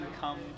come